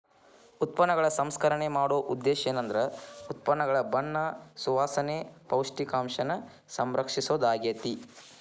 ಉತ್ಪನ್ನಗಳ ಸಂಸ್ಕರಣೆ ಮಾಡೊ ಉದ್ದೇಶೇಂದ್ರ ಉತ್ಪನ್ನಗಳ ಬಣ್ಣ ಸುವಾಸನೆ, ಪೌಷ್ಟಿಕಾಂಶನ ಸಂರಕ್ಷಿಸೊದಾಗ್ಯಾತಿ